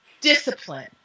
Discipline